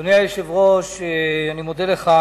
אדוני היושב-ראש, אני מודה לך.